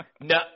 No